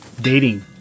dating